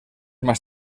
más